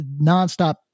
nonstop